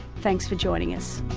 thanks for joining us